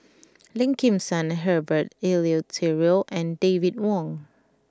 Lim Kim San Herbert Eleuterio and David Wong